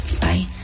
Bye